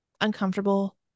uncomfortable